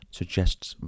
suggests